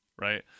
right